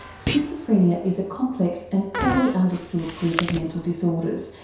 schizophrenia is a complex and poorly understood group of mental disorders,